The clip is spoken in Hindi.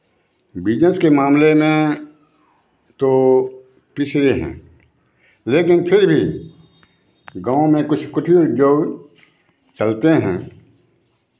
बिज़नेस के मामले में तो पिछड़े हैं लेकिन फिर भी गाँव में कुछ कुछ जो चलते हैं